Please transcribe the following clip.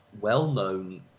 well-known